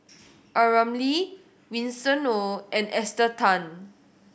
A Ramli Winston Oh and Esther Tan